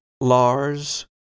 Lars